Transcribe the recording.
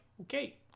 okay